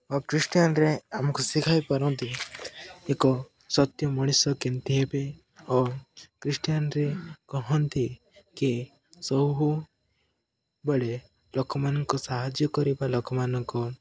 ଖ୍ରୀଷ୍ଟିଆନରେ ଆମକୁ ଶିଖାଇ ପାରନ୍ତି ଏକ ସତ୍ୟ ମଣିଷ କେମିତି ହେବେ ଓ ଖ୍ରୀଷ୍ଟିଆନରେ କହନ୍ତି କି ସବୁ ବେଳେ ଲୋକମାନଙ୍କ ସାହାଯ୍ୟ କରିବା ଲୋକମାନଙ୍କ